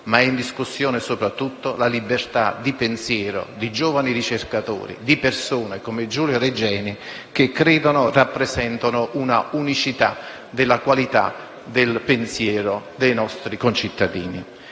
ma soprattutto la libertà di pensiero di giovani ricercatori, di persone come Giulio Regeni, che rappresentano una unicità della qualità del pensiero dei nostri concittadini.